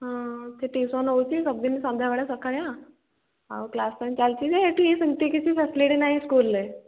ହଁ ସେ ଟ୍ୟୁସନ୍ ହେଉଛି ସବୁଦିନ ସନ୍ଧ୍ୟାବେଳେ ସକାଳିଆ ଆଉ କ୍ଲାସ୍ ପାଇଁ ଚାଲିଛି ଯେ ଏଇଠି ସେମିତି କିଛି ଫ୍ୟାସିଲିଟି ନାହିଁ ସ୍କୁଲ୍ରେ